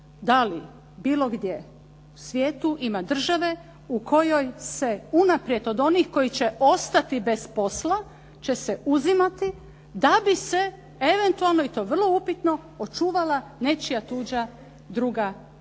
da li bilo gdje u svijetu ima države u kojoj se unaprijed od onih koji će ostati bez posla će se uzimati da bi se eventualno, i to vrlo upitno, očuvala nečija tuđa, druga radna